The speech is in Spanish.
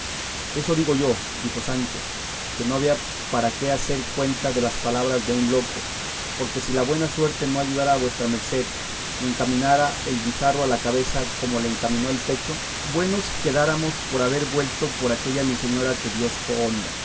eso digo yo dijo sancho que no había para qué hacer cuenta de las palabras de un loco porque si la buena suerte no ayudara a vuestra merced y encaminara el guijarro a la cabeza como le encaminó al pecho buenos quedáramos por haber vuelto por aquella mi señora que dios